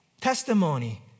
Testimony